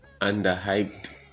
underhyped